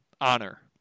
honor